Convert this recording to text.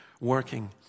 working